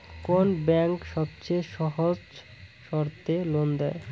কোন ব্যাংক সবচেয়ে সহজ শর্তে লোন দেয়?